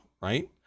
right